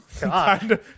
God